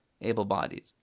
able-bodied